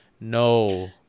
no